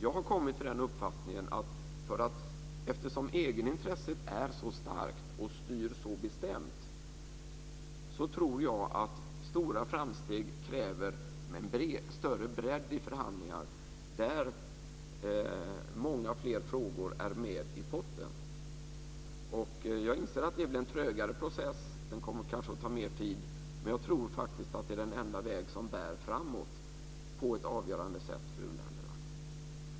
Jag har kommit till den uppfattningen att eftersom egenintresset är så starkt och styr så bestämt kräver stora framsteg en större bredd i förhandlingar där många fler frågor är med i potten. Jag inser att det blir en trögare process, den kommer kanske att ta mer tid, men jag tror att det är den enda väg som bär framåt på ett avgörande sätt för uländerna.